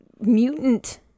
mutant